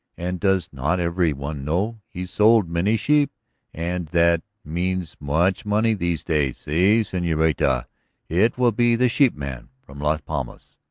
and does not every one know he sold many sheep and that means much money these days? si, senorita it will be the sheepman from las palmas.